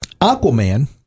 Aquaman